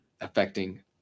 affecting